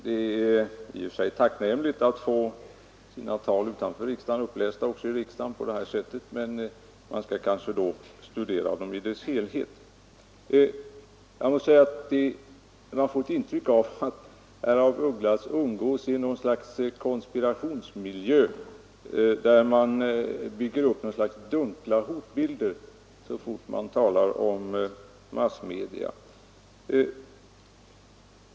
Det är i och för sig tacknämligt att få sina tal utanför riksdagen upplästa här, men det är kanske då nödvändigt att referera dem litet utförligare. Det verkar nästan som om herr af Ugglas umgås i en konspirationsmiljö där man bygger upp dunkla hotbilder så snart massmedierna kommer på tal.